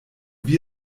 wie